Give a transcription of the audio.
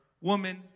Woman